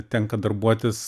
tenka darbuotis